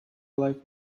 like